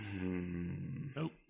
Nope